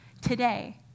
today